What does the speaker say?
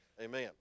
Amen